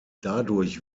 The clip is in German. dadurch